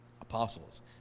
apostles